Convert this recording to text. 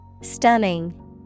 Stunning